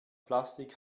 plastik